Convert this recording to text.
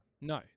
No